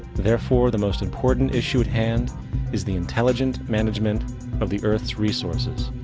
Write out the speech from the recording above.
therefore, the most important issue at hand is the intelligent management of the earth's resources.